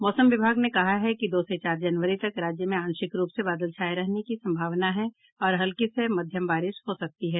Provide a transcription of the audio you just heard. मौसम विभाग ने कहा है कि दो से चार जनवरी तक राज्य में आंशिक रूप से बादल छाये रहने की सम्भावना है और हल्की से मध्यम बारिश हो सकती है